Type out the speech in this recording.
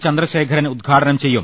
ച്ചന്ദ്രശേഖരൻ ഉദ്ഘാടനം ചെയ്യും